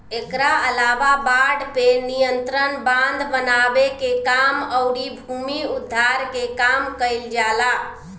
एकरा अलावा बाढ़ पे नियंत्रण, बांध बनावे के काम अउरी भूमि उद्धार के काम कईल जाला